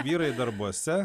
vyrai darbuose